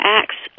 acts